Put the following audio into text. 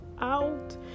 out